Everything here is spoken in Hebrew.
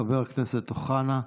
חבר הכנסת אוחנה,